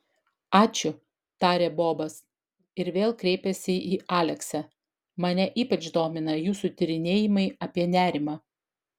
ačiū tarė bobas ir vėl kreipėsi į aleksę mane ypač domina jūsų tyrinėjimai apie nerimą